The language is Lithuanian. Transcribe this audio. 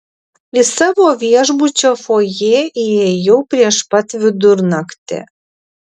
į savo viešbučio fojė įėjau prieš pat vidurnaktį